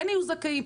כן יהיו זכאים,